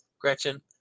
Gretchen